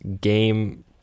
game